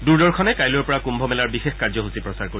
দূৰদৰ্শনে কাইলৈৰ পৰা কুম্ভ মেলাৰ বিশেষ কাৰ্যসূচী প্ৰচাৰ কৰিব